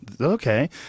okay